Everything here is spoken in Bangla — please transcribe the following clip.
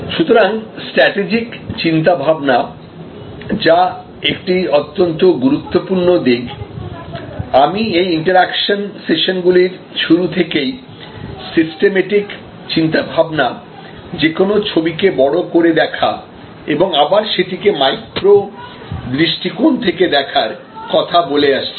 সুতরাং স্ট্রাটেজিক চিন্তাভাবনা যা একটি অত্যন্ত গুরুত্বপূর্ণ দিক আমি এই ইন্টেরাকশন সেশনগুলির শুরু থেকেই সিস্টেমেটিক চিন্তাভাবনা যেকোনো ছবিকে বড় করে দেখা এবং আবার সেটিকে মাইক্রো দৃষ্টিকোণ থেকে দেখার কথা বলে আসছি